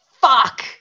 fuck